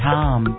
Tom